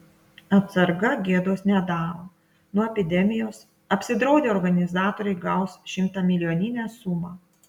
atsarga gėdos nedaro nuo epidemijos apsidraudę organizatoriai gaus šimtamilijoninę sumą